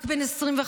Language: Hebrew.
רק בן 25,